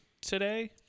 today